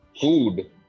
food